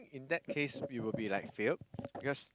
in that case it will be like failed because